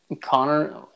Connor